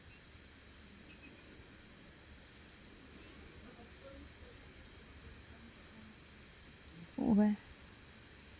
where